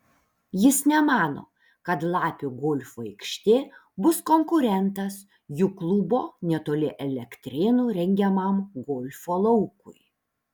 jis nemano kad lapių golfo aikštė bus konkurentas jų klubo netoli elektrėnų rengiamam golfo laukui